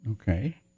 Okay